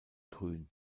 grün